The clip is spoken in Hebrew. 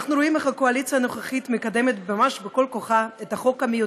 חברת הכנסת רויטל סויד, על התפקיד החדש.